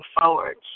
forward